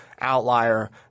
outlier